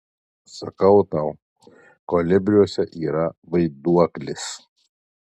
sakau tau kolibriuose yra vaiduoklis